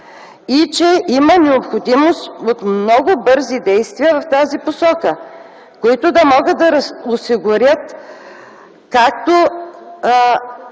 и че има необходимост от много бързи действия в тази посока, които да могат да осигурят както